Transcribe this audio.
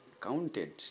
counted